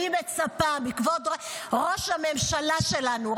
אני מצפה מכבוד ראש הממשלה שלנו,